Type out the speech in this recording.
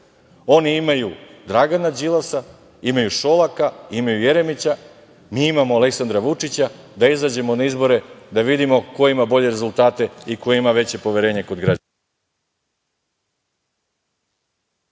Oni imaju Dragana Đilasa, imaju Šolaka, imaju Jeremića. Mi imamo Aleksandra Vučića, pa da izađemo na izbore da vidimo ko ima bolje rezultate i ko ima veće poverenje kod građana. Hvala.